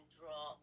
draw